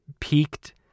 peaked